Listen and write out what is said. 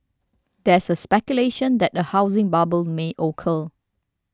there is speculation that a housing bubble may occur